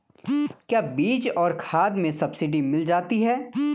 क्या बीज और खाद में सब्सिडी मिल जाती है?